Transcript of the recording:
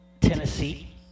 Tennessee